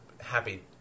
happy